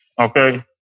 Okay